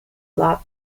lot